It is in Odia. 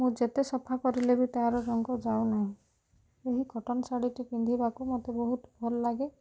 ମୁଁ ଯେତେ ସଫା କରିଲେବି ତାର ରଙ୍ଗ ଯାଉନାହିଁ ଏହି କଟନ ଶାଢ଼ୀଟି ପିନ୍ଧିବାକୁ ମତେ ବହୁତ ଭଲ ଲାଗେ